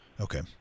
Okay